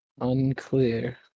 Unclear